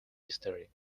history